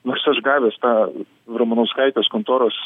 nors aš gavęs tą ramanauskaitės kontoros